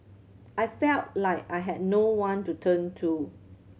I felt like I had no one to turn to